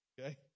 okay